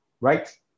right